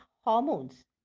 hormones